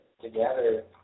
together